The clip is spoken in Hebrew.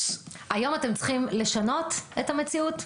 --- היום אתם צריכים לשנות את המציאות?